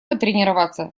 потренироваться